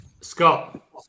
Scott